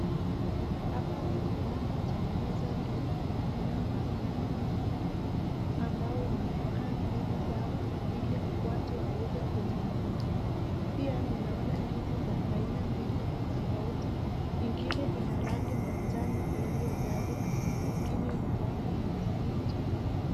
Hapa ni kibanda cha kuuza ndizi, ninaona wamama wawili ambao wameweka ndizi zao ili watu waweze kuzinunua. Pia ninaona ndizi za haina mbili tofauti, ingine ina manjano iliojazika, ingine ina manjano tu.